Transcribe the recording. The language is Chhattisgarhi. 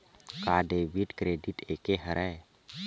का डेबिट क्रेडिट एके हरय?